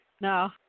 No